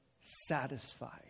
satisfied